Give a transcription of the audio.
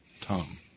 Tom